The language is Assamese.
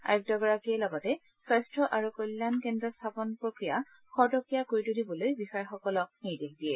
আয়ুক্তগৰাকীয়ে লগতে স্বাস্থ্য আৰু কল্যাণ কেন্দ্ৰ স্থাপন প্ৰক্ৰিয়া খৰতকীয়া কৰি তুলিবলৈ বিষয়াসকলক নিৰ্দেশ দিয়ে